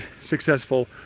successful